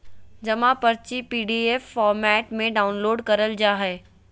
जमा पर्ची PDF format में डाउनलोड करल जा हय